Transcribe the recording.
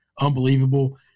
unbelievable